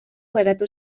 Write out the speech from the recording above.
geratu